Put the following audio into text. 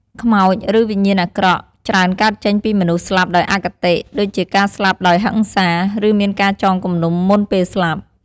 ខ្មោច ឬវិញ្ញាណអាក្រក់ច្រើនកើតចេញពីមនុស្សស្លាប់ដោយអគតិ ដូចជាការស្លាប់ដោយហិង្សា ឬមានការចងគំនុំមុនពេលស្លាប់។